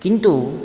किन्तु